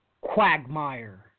quagmire